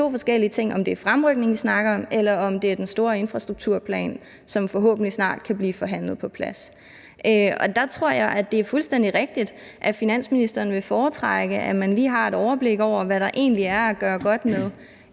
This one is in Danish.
om det er fremrykning, vi snakker om, eller om det er den store infrastrukturplan, som forhåbentlig snart kan blive forhandlet på plads. Der tror jeg, at det er fuldstændig rigtigt, at finansministeren vil foretrække, at man lige har et overblik over, hvad der egentlig er at gøre godt med,